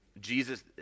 Jesus